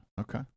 Okay